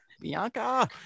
bianca